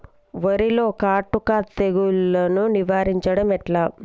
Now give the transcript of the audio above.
వరిలో కాటుక తెగుళ్లను నివారించడం ఎట్లా?